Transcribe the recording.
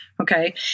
Okay